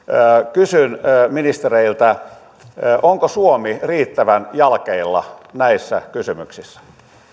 kysyn ministereiltä onko suomi riittävän jalkeilla näissä kysymyksissä